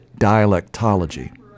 dialectology